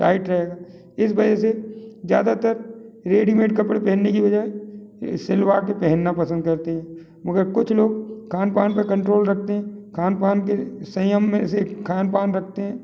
tight रहेगा इस वजह से ज़्यादातर रेडीमेड कपड़े पहनने की बजाय सिलवा के पहनने पसंद करते है मगर कुछ लोग खानपान पे कंट्रोल रखते है खानपान के संयम में से खानपान रखते है